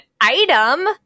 item